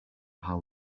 how